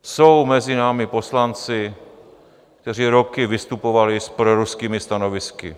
Jsou mezi námi poslanci, kteří roky vystupovali s proruskými stanovisky.